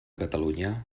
catalunya